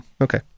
Okay